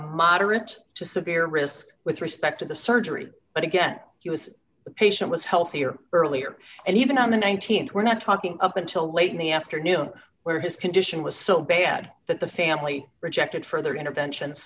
moderate to severe risk with respect to the surgery but again he was the patient was healthier earlier and even on the th we're not talking up until late in the afternoon where his condition was so bad that the family rejected further interventions